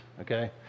okay